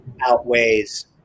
outweighs